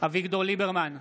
אביגדור ליברמן,